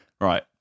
Right